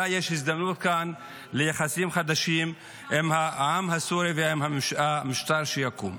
-- ואולי יש כאן הזדמנות ליחסים חדשים עם העם הסורי ועם המשטר שיקום.